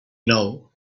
nou